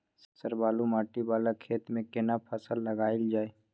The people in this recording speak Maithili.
सर बालू माटी वाला खेत में केना फसल लगायल जाय?